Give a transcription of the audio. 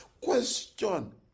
Question